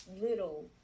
little